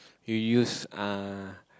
you use uh